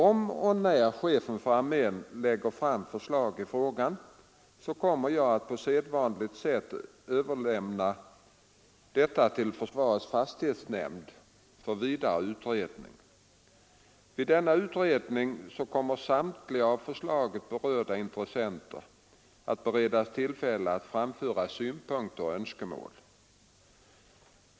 Om och när chefen för armén lägger fram förslag i frågan kommer jag att på sedvanligt sätt överlämna detta till försvarets fastighetsnämnd för vidare utredning. Vid denna utredning kommer samtliga av förslaget berörda intressenter att beredas tillfälle att framföra synpunkter och önskemål.